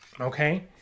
Okay